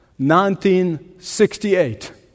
1968